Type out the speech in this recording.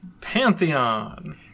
Pantheon